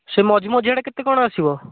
ସେ ମଝି ମଝିଆଟା କେତେ କ'ଣ ଆସିବ